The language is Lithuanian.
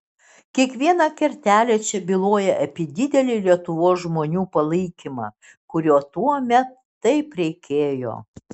kiekviena kertelė čia byloja apie didelį lietuvos žmonių palaikymą kurio tuomet taip reikėjo